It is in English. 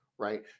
right